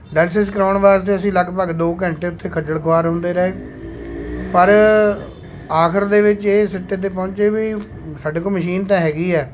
dialysis ਕਰਵਾਉਣ ਵਾਸਤੇ ਅਸੀਂ ਲਗਭਗ ਦੋ ਘੰਟੇ ਉੱਥੇ ਖੱਜਲ ਖੁਆਰ ਹੁੰਦੇ ਰਹੇ ਪਰ ਆਖਰ ਦੇ ਵਿੱਚ ਇਹ ਸਿੱਟੇ 'ਤੇ ਪਹੁੰਚੇ ਵੀ ਸਾਡੇ ਕੋਲ ਮਸ਼ੀਨ ਤਾਂ ਹੈਗੀ ਹੈ